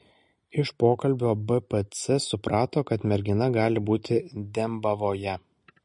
iš pokalbio bpc suprato kad mergina gali būti dembavoje